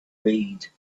read